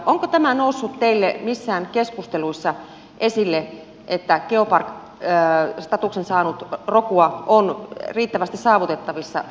onko tämä noussut teille missään keskusteluissa esille että geopark statuksen saanut rokua on riittävästi saavutettavissa myöskin maailmalle